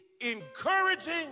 encouraging